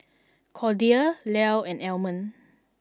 Cordia Lyle and Almond